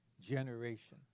generation